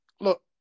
look